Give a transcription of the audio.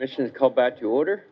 mission is called back to order